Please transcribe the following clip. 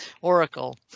Oracle